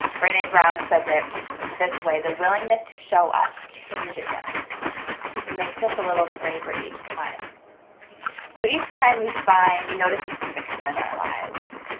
burnie, brown says it this way the willingness to show up changes us it makes us a little braver each time so, each time, we find we notice its conviction in our lives?